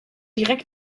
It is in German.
direkt